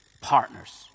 Partners